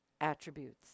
attributes